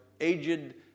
aged